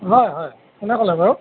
হয় হয় কোনে ক'লে বাৰু